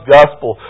Gospel